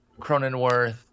Cronenworth